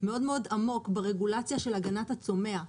מאוד מאוד עמוק ברגולציה של הגנת הצומח,